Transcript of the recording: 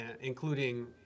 including